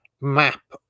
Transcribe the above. map